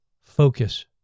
focus